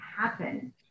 happen